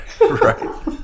right